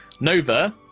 Nova